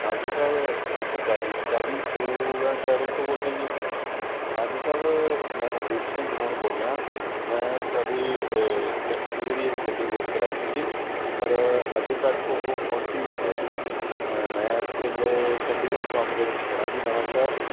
ਹਾਂਜੀ ਸਾਹਿਬ ਸਤਿ ਸ਼੍ਰੀ ਅਕਾਲ ਜੀ ਕਰਨ ਟੂਰ ਐਂਡ ਟਰੈਵਲ ਤੋਂ ਬੋਲਦੇ ਜੀ ਹਾਂਜੀ ਸਾਹਿਬ ਮੈਂ ਹਰਦੀਪ ਸਿੰਘ ਗਹੁਣ ਬੋਲ ਰਿਹਾ ਮੈਂ ਤੁਹਾਡੀ ਟੈਕਸੀ ਜਿਹੜੀ ਇਹ ਗੱਡੀ ਬੁੱਕ ਕਰਵਾਈ ਸੀਗੀ ਪਰ ਅਜੇ ਤੱਕ ਉਹ ਪਹੁੰਚੀ ਨਹੀਂ ਹੈ ਜੀ ਮੈਂ ਇਸ ਵੇਲੇ ਚੰਡੀਗੜ੍ਹ ਚੌਂਕ ਦੇ ਵਿੱਚ ਖੜ੍ਹਾ ਜੀ ਨਵਾਂਸ਼ਹਿਰ